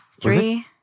Three